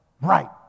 right